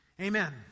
Amen